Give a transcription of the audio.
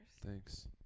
thanks